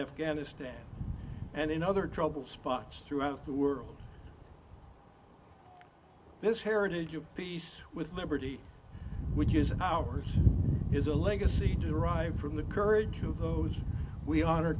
afghanistan and in other trouble spots throughout the world this heritage of peace with liberty which is ours is a legacy derived from the courage of those we honor